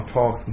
talk